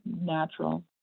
natural